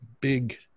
big